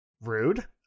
Rude